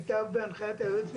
כאשר לכל אחת הייתה עלות כספית.